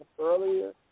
earlier